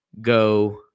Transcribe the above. go